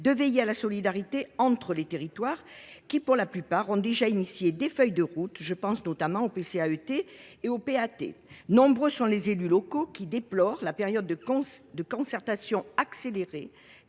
de veiller à la solidarité entre les territoires qui, pour la plupart, ont déjà établi des feuilles de route – je pense notamment aux PCAET et aux PAT. Nombreux sont les élus locaux qui déplorent la période de concertation accélérée.